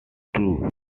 true